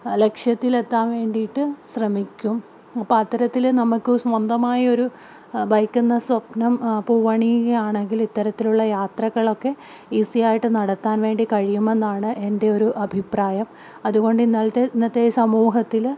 ലക്ഷ്യത്തിലെത്താൻ വേണ്ടിയിട്ട് ശ്രമിക്കും അപ്പം അത്തരത്തിൽ നമുക്ക് സ്വന്തമായൊരു ബൈക്ക് എന്ന സ്വപ്നം പൂവണിയുകയാണെങ്കിൽ ഇത്തരത്തിലുള്ള യാത്രകളൊക്കെ ഈസി ആയിട്ട് നടത്താൻ വേണ്ടി കഴിയുമെന്നാണ് എൻ്റെ ഒരു അഭിപ്രായം അതുകൊണ്ട് ഇന്നലത്തെ ഇന്നത്തെ ഈ സമൂഹത്തിൽ